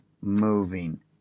moving